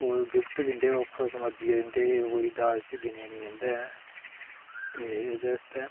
ओह् गिफ्ट दिंदे खुश मर्जिया दिंदे ओह् दाज च गिनेआ निं जंदा ऐ ते एह्दे आस्तै